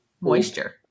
moisture